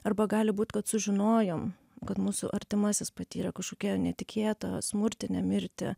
arba gali būt kad sužinojom kad mūsų artimasis patyrė kažkokią netikėtą smurtinę mirtį